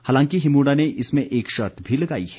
हालांकि हिमुडा ने इसमें एक शर्त भी लगाई है